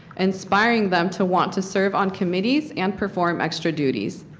inspiring them to want to serve on committees and perform extra duties.